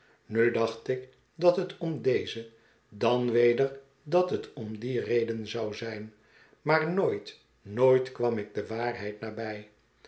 nu dacht ik dat het om deze dan weder dat het om die reden zou zijn maar nooit nooit kwam ik de waarheid nabij